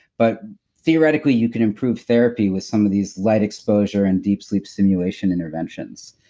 but theoretically you can improve therapy with some of these light exposure and deep sleep stimulation interventions